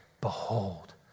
Behold